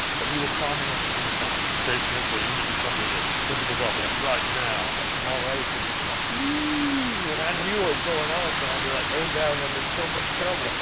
but he would call me on the intercom. jason isabel, you need to come to the principal's office right now. and all the other kids would be like, ohhh, and i knew what was going on. so i'd be, like, oh, guys i'm in so much trouble.